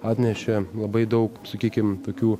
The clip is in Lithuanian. atnešė labai daug sakykim tokių